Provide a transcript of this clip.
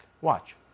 Watch